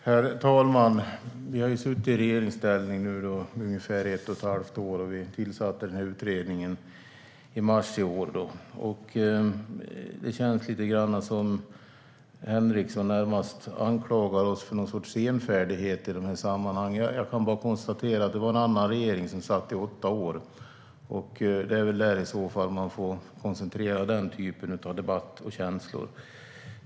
Herr talman! Vi har nu suttit i regeringsställning i ungefär ett och ett halvt år, och vi tillsatte den här utredningen i mars i år. Det känns lite grann som om Henriksson närmast anklagar oss för någon sorts senfärdighet. Jag kan bara konstatera att det var en annan regering som satt i åtta år, och det är väl där man får koncentrera den typen av debatt och känslor.